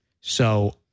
So-